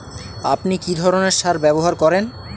আপনি কী ধরনের সার ব্যবহার করেন?